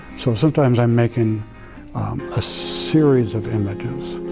so sometimes i am making a series of images.